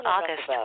August